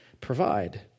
provide